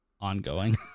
ongoing